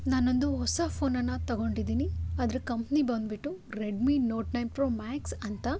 ನಾನೊಂದು ಹೊಸ ಫೋನನ್ನು ತಗೊಂಡಿದ್ದೀನಿ ಅದರ ಕಂಪ್ನಿ ಬಂದ್ಬಿಟ್ಟು Redmi Note nine Pro Max ಅಂತ